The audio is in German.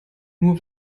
nur